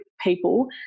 people